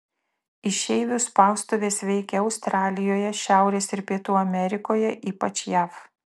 išeivių spaustuvės veikė australijoje šiaurės ir pietų amerikoje ypač jav